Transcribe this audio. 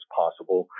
possible